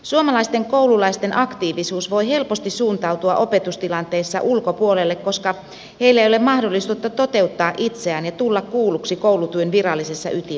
suomalaisten koululaisten aktiivisuus voi helposti suuntautua opetustilanteissa ulkopuolelle koska heillä ei ole mahdollisuutta toteuttaa itseään ja tulla kuulluksi koulutyön virallisessa ytimessä